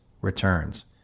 returns